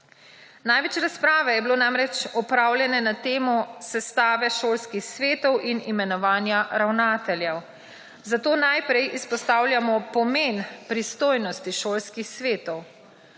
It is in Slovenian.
Največ razprave je bilo namreč opravljene na temo sestave šolskih svetov in imenovanja ravnateljev, zato najprej izpostavljamo pomen pristojnosti šolskih svetov.